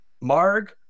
Marg